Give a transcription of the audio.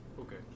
Okay